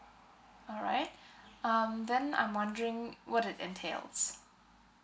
alright um then I'm wondering what it entails